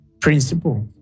Principle